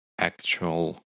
actual